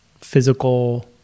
physical